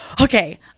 Okay